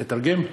לתרגם?